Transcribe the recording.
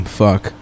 fuck